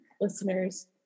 listeners